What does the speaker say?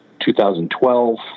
2012